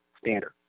standard